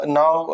now